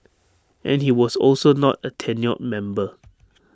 and he was also not A tenured member